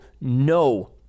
no